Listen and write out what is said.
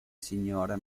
signore